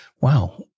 Wow